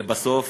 לבסוף,